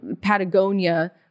Patagonia